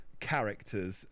characters